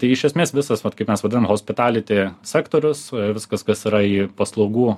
tai iš esmės visas vat kaip mes vadinam hospitaliti sektorius viskas kas yra į paslaugų